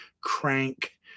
crank